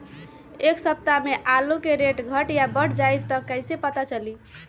एक सप्ताह मे आलू के रेट घट ये बढ़ जतई त कईसे पता चली?